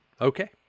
okay